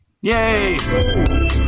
Yay